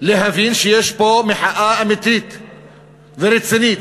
להבין שיש פה מחאה אמיתית ורצינית.